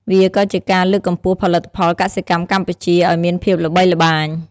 វាក៏ជាការលើកកម្ពស់ផលិតផលកសិកម្មកម្ពុជាឱ្យមានភាពល្បីល្បាញ។